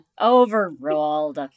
overruled